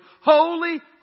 Holy